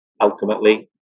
ultimately